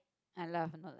I laugh not